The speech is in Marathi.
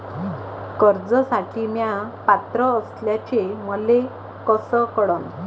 कर्जसाठी म्या पात्र असल्याचे मले कस कळन?